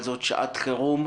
אבל זאת שעת חירום,